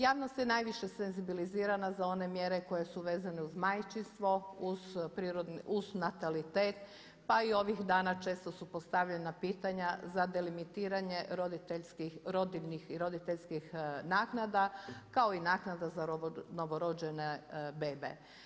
Javnost je najviše senzibilizirana za one mjere koje su vezane uz majčinstvo, uz natalitet pa i ovih dana često su postavljana pitanja za delimitiranje rodiljnih i roditeljskih naknada, kao i naknada za novorođene bebe.